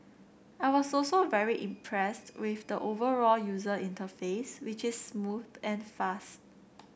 I was also very impressed with the overall user interface which is smooth and fast